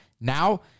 Now